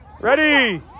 Ready